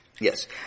Yes